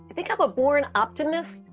i think i'm a born optimist,